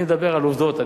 אני מדבר על עובדות.